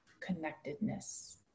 connectedness